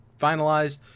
finalized